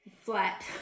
flat